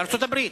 בארצות-הברית.